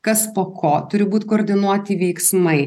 kas po ko turi būt koordinuoti veiksmai